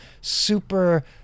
super